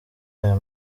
aya